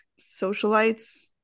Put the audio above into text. socialites